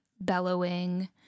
bellowing